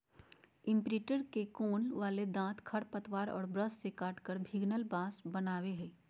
imprinter के कोण वाले दांत खरपतवार और ब्रश से काटकर भिन्गल घास बनावैय हइ